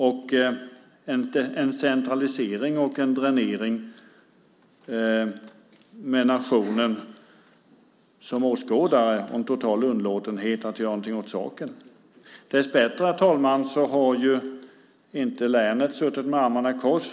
Det är en centralisering och en dränering med nationen som åskådare och en total underlåtenhet att göra någonting åt saken. Dessbättre, herr talman, har länet inte suttit med armarna i kors.